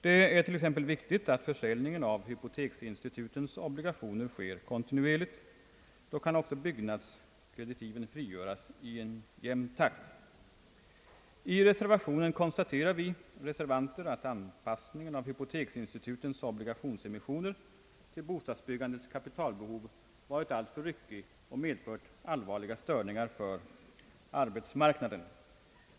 Det är t.ex. viktigt att försäljningen av hypoteksinstitutens obligationer sker kontinuerligt. Då kan också byggnadskreditiven frigöras i en jämn takt. I reservationen konstateras, att anpassningen av hypoteksinstitutens obligationsemissioner till bostadsbyggandets kapitalbehov var alltför ryckig och medförde allvarliga störningar för arbetsmarknaden.